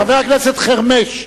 חבר הכנסת חרמש,